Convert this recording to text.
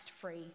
free